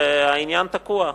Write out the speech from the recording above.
והעניין תקוע אי-שם.